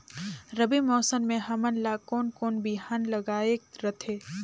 रबी मौसम मे हमन ला कोन कोन बिहान लगायेक रथे?